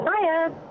Hiya